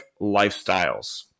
lifestyles